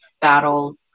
battle